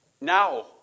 Now